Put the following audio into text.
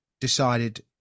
decided